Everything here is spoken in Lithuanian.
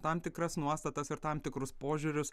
tam tikras nuostatas ir tam tikrus požiūrius